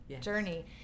journey